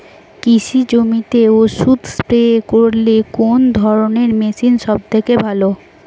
কৃষি জমিতে ওষুধ স্প্রে করতে কোন ধরণের মেশিন সবচেয়ে ভালো?